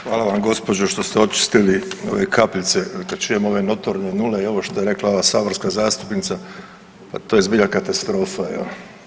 Hvala vam gospođo što ste očistili ove kapljice jer kad čujem ove notorne nule i ovo što je rekla ova saborska zastupnica, to je zbilja katastrofa.